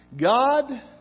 God